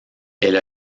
elle